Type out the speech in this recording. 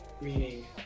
Meaning